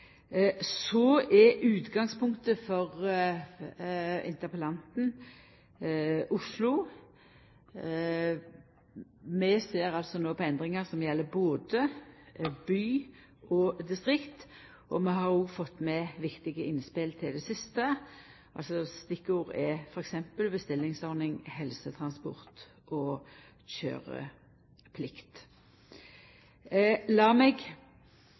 Så er utgangspunktet for interpellanten Oslo. Vi ser altså no på endringar som gjeld både by og distrikt, og vi har òg fått med viktige innspel til det siste. Stikkord er t.d. bestillingsordning, helsetransport og køyreplikt. Lat meg